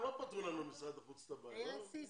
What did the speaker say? אני סמנכ"ל תכנון במשרד הקליטה והטכנולוגיה.